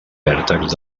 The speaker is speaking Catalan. vèrtexs